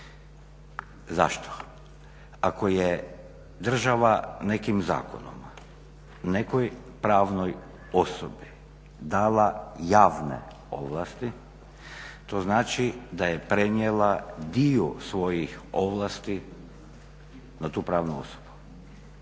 Zašto? Ako je država nekim zakonom nekoj pravnoj osobi dala javne ovlasti, to znači da je prenijela dio svojih ovlasti na tu pravnu osobu.